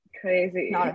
Crazy